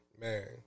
Man